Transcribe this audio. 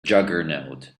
juggernaut